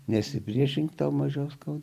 nesipriešink tau mažas gal